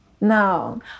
No